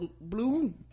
blue